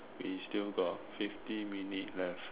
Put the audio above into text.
we still got fifty minutes left